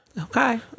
Okay